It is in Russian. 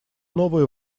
новые